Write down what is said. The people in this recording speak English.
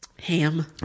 Ham